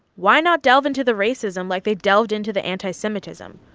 why not delve into the racism like they delved into the anti-semitism?